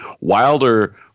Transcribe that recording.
wilder